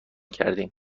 کردهایم